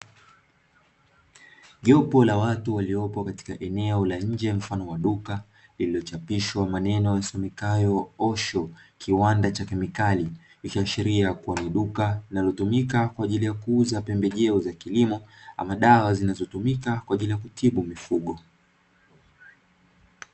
Jopo la watu waliopo katika eneo la nje mfano wa duka, lililochapishwa maneno yasomekayo "Osho kiwanda cha kemikali, ikiashiria kuwa ni duka linalotumika kwa ajili ya kuuza pembejeo za kilimo ama dawa zinazotumika kutibu mifugo.